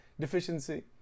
deficiency